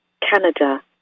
Canada